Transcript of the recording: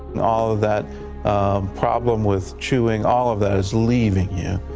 all of that problem with chewing, all of that is leaving you.